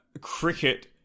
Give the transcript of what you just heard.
cricket